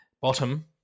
bottom